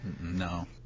No